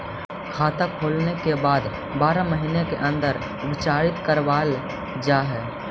खाता खोले के बाद बारह महिने के अंदर उपचारित करवावल जा है?